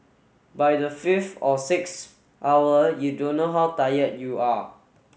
by the fifth or sixth hour you don't know how tired you are